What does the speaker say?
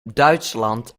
duitsland